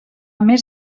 més